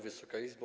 Wysoka Izbo!